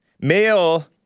Male